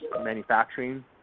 manufacturing